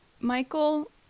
Michael